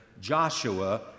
Joshua